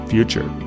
Future